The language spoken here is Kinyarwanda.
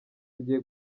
tugiye